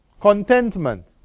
contentment